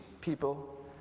people